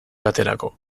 baterako